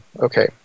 Okay